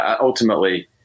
ultimately